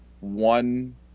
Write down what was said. one